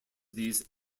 these